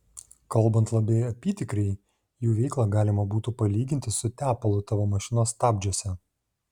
kalbant labai apytikriai jų veiklą galima būtų palyginti su tepalu tavo mašinos stabdžiuose